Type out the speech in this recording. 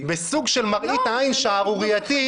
בסוג של מראית עין שערורייתי,